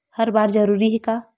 हर बार जरूरी हे का?